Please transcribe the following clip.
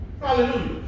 Hallelujah